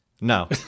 no